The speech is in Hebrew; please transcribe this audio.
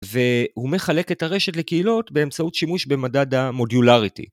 והוא מחלק את הרשת לקהילות באמצעות שימוש במדד המודיולריטי.